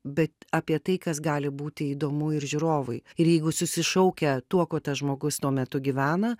bet apie tai kas gali būti įdomu ir žiūrovui ir jeigu susišaukia tuo kuo tas žmogus tuo metu gyvena